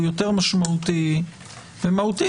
הוא יותר משמעותי ומהותי,